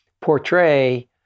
portray